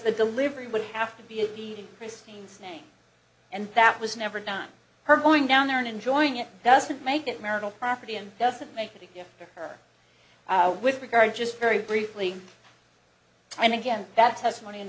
the delivery would have to be a deed in christine's name and that was never done her going down there and enjoying it doesn't make it marital property and doesn't make it a gift to her with regard just very briefly time again that testimony in